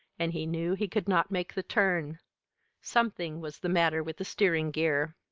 and he knew he could not make the turn something was the matter with the steering-gear.